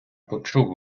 почув